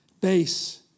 base